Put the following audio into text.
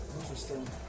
Interesting